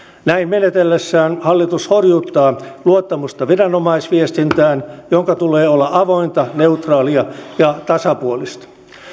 näin menetellessään hallitus horjuttaa luottamusta viranomaisviestintään jonka tulee olla avointa neutraalia ja tasapuolista